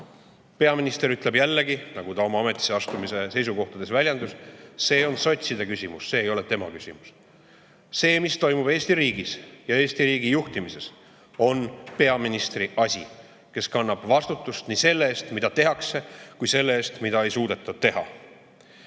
Peaminister ütleb jällegi, nagu ka ametisse astumisel ta seisukohtades väljendus, et see on sotside küsimus, see ei ole tema küsimus. See, mis toimub Eesti riigis ja Eesti riigi juhtimises, on peaministri asi, kes kannab vastutust nii selle eest, mida tehakse, kui ka selle eest, mida ei suudeta teha.